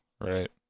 Right